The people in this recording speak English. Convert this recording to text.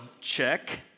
check